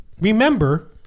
remember